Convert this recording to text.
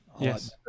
yes